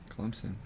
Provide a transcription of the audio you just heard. Clemson